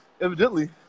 Evidently